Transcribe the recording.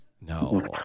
No